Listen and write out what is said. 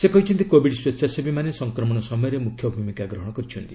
ସେ କହିଛନ୍ତି କୋବିଡ୍ ସ୍ୱଚ୍ଛାସେବୀମାନେ ସଂକ୍ରମଣ ସମୟରେ ମୁଖ୍ୟ ଭୂମିକା ଗ୍ରହଣ କରିଛନ୍ତି